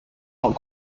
not